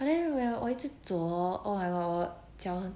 but then when 我一直走 hor !walao! 我脚很